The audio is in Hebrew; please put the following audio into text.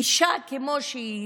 אישה כמו שהיא,